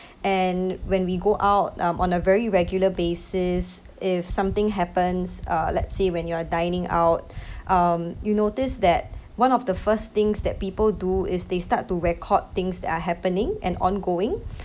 and when we go out um on a very regular basis if something happens uh let's say when you're dining out um you notice that one of the first things that people do is they start to record things that are happening and ongoing